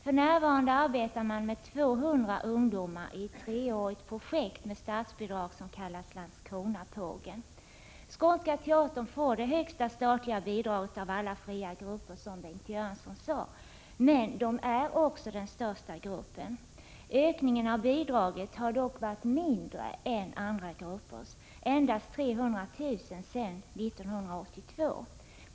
För närvarande arbetar man med 200 ungdomar i ett treårigt projekt med statsbidrag som kallas ”Landskronapågen”. Skånska teatern får det högsta statliga bidraget av alla fria grupper, som Bengt Göransson sade, men gruppen är också den största. Ökningen av bidraget har dock varit mindre än ökningen för andra grupper — endast 300 000 kr. sedan 1982.